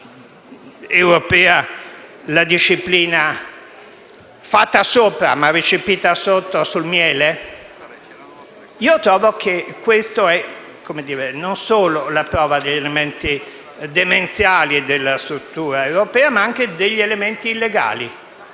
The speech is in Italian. costituzionale europea la disciplina fatta sopra, ma recepita sotto, sul miele? Trovo che ciò non solo sia la prova di elementi demenziali della struttura europea, ma anche di elementi illegali.